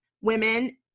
women